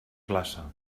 glaça